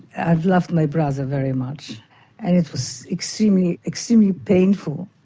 i've loved my brother very much and it was extremely extremely painful